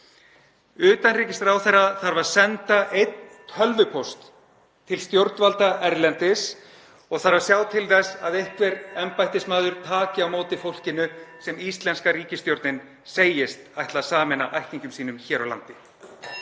Utanríkisráðherra þarf að senda einn tölvupóst (Forseti hringir.) til stjórnvalda erlendis og þarf að sjá til þess að einhver embættismaður taki á móti fólkinu sem íslenska ríkisstjórnin segist ætla að sameina ættingjum sínum hér á landi.